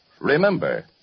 Remember